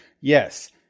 Yes